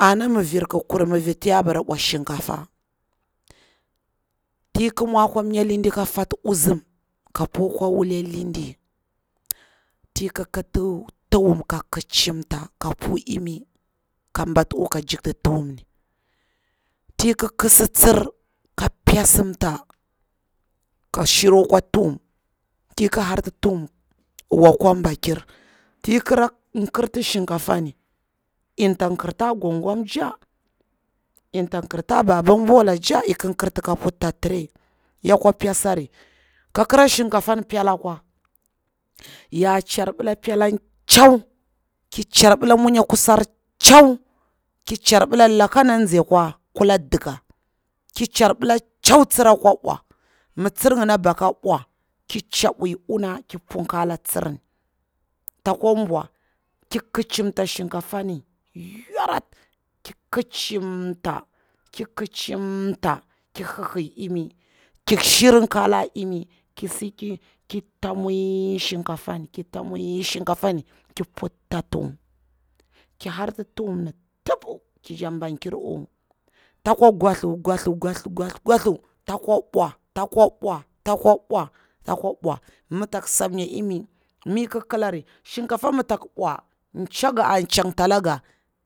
Ana mi vir ki kuri, mi virti ya bara bwa shinkafa, ti ki mwa akwa mnya lidi ka fat ntsum ka pokwa wule lidi, tiki kiti thhum ka kicimta, ka pu iri ka barta uwu ka jikti tuhum ti ki kitsi tsir ka pesimta ka shirwa kwa tuhum, ti ik harti tuhum uwu akwa ba kir, ti ik kirti shinkafa ni, inta kirta gwamgwam taha, inta kirta baban bokkha, ik kirti ka puta tray, yakwa pesari, kakira shin kafan pela kwa, ya charbila pelan chau, ki charbila mun ya kusar chau, ki charbila laka ana tsaikwa kula dika, ki charbila chau tsirakwa bwa, mi tsir ngini abaka bwa ki ca bui una ki punkala tsirni, ta kwa bwa'a, ki kicimta shinkafa ni yarauti, kicimta, ki kicimta ki hihiyi yimi ki shirin kala imi kisi ni, ta tamwi shinkafa ni, ki putta tuhum, ki harti tuhumni tipi, ki jakti bankir uwu, takwa gwathu gwathu gwathu taka bwa takwa bwa ta bwa bwa, mi tak samnya imi miki kilari shinkafa ma tak bwa tchanga a chantalanga.